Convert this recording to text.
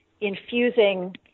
infusing